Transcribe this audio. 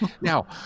Now